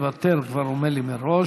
שמוותר, כבר אומר לי מראש.